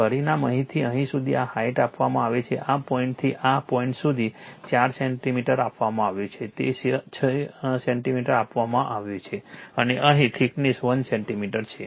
પરિમાણ અહીંથી અહીં સુધી આ હાઇટ આપવામાં આવે છે તે આ પોઇન્ટથી આ પોઇન્ટ સુધી 4 સેન્ટિમીટર આપવામાં આવ્યું છે તે 6 સેન્ટિમીટર આપવામાં આવ્યું છે અને અહીં થિકનેસ 1 સેન્ટિમીટર છે